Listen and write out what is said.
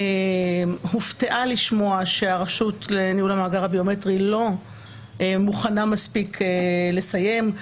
הופתעה לשמוע שהרשות לניהול המאגר הביומטרי לא מוכנה מספיק לסיים,